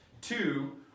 Two